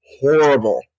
horrible